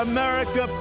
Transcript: America